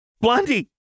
Blondie